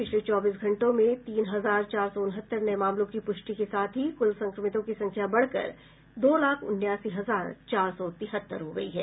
पिछले चौबीस घंटों में तीन हजार चार सौ उनहत्तर नये मामलों की पुष्टि के साथ ही कुल संक्रमितों की संख्या बढ़कर दो लाख उनासी हजार चार सौ तिहत्तर हो गयी है